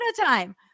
time